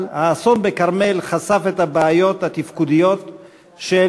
אבל האסון בכרמל חשף את הבעיות התפקודיות של